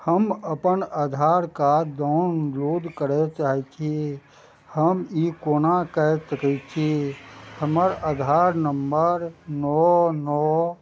हम अपन Aadhaar card download करय चाहैत छी हम ई कोना कऽ सकैत छी हमर आधार नंबर नओ नओ